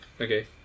Okay